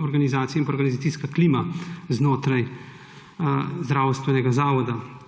organizacijska klima znotraj zdravstvenega zavoda.